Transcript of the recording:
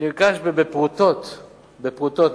נרכש בפרוטות; בפרוטות,